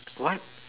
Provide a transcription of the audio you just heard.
what